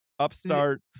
Upstart